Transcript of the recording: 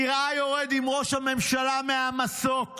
נראה יורד עם ראש הממשלה מהמסוק,